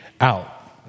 out